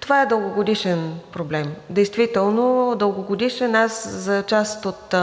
Това е дългогодишен проблем. Действително е дългогодишен. Аз за част от